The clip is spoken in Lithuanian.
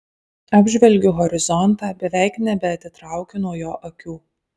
apžvelgiu horizontą beveik nebeatitraukiu nuo jo akių